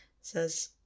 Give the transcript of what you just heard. says